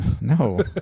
No